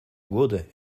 годы